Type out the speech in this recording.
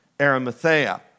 Arimathea